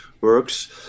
works